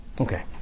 okay